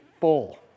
full